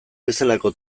bezalako